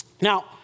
Now